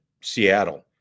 Seattle